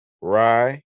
rye